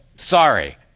sorry